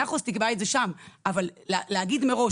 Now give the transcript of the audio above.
100%, תקבע את זה שם, אבל להגיד מראש